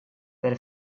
per